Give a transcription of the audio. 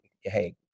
hey